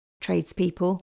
tradespeople